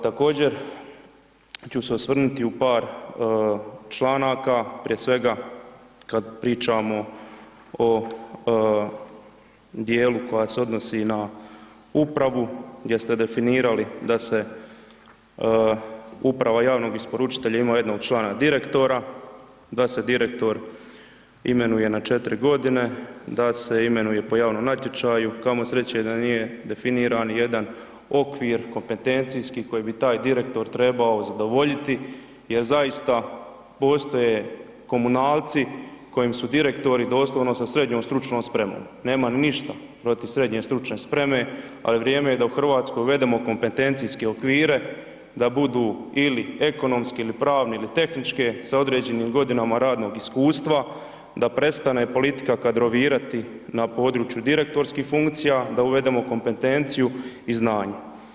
Također ću se osvrnuti u par članaka, prije svega, kad pričamo o dijelu koja se odnosi na upravu gdje ste definirali da se uprava javnog isporučitelja ima jednog člana, direktora, da se direktor imenuje na 4.g., da se imenuje po javnom natječaju, kamo sreće da nije definiran jedan okvir kompetencijski koji bi taj direktor trebao zadovoljiti jer zaista postoje komunalci kojim su direktori doslovno sa srednjom stručnom spremom, nemam ništa protiv srednje stručne spreme, ali vrijeme je da u RH uvedemo kompetencijske okvire da budu ili ekonomski ili pravni ili tehničke sa određenim godinama radnog iskustva, da prestane politika kadrovirati na području direktorskih funkcija, da uvedemo kompetenciju i znanje.